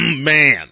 Man